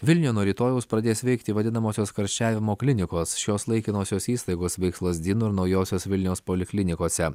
vilniuje nuo rytojaus pradės veikti vadinamosios karščiavimo klinikos šios laikinosios įstaigos veiks lazdynų ir naujosios vilnios poliklinikose